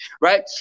Right